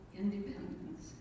independence